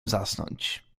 zasnąć